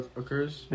occurs